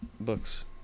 books